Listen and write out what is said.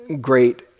great